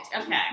okay